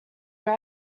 then